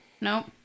Nope